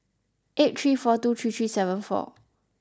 eight three four two three three seven four